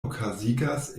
okazigas